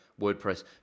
WordPress